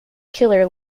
killer